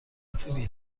فیبی